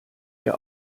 der